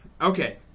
Okay